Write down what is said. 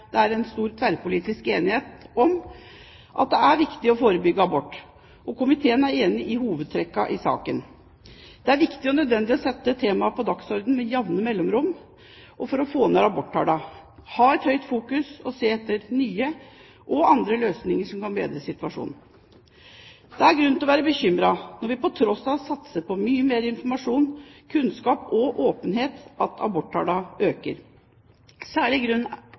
har vært en grei sak å være saksordfører for, for det er stor tverrpolitisk enighet om at det er viktig å forebygge abort. Komiteen er enig i hovedtrekkene i saken. Det er viktig og nødvendig å sette temaet på dagsordenen med jevne mellomrom for å få ned aborttallene – fokusere på det, og se etter nye og andre løsninger som kan bedre situasjonen. Det er grunn til å være bekymret når vi på tross av satsing på mye mer informasjon, kunnskap og åpenhet ser at aborttallene øker. Særlig grunn